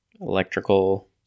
electrical